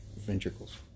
ventricles